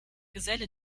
geselle